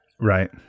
Right